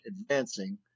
advancing